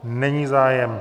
Není zájem.